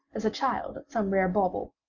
as a child at some rare bauble.